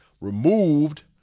removed